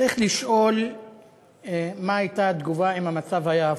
צריך לשאול מה הייתה התגובה אם המצב היה הפוך,